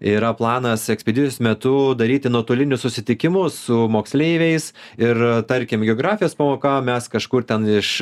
yra planas ekspedicijos metu daryti nuotolinius susitikimus su moksleiviais ir tarkim geografijos pamoka mes kažkur ten iš